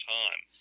time